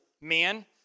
man